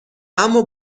اما